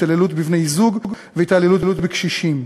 התעללות בבני-זוג והתעללות בקשישים.